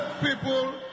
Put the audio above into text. people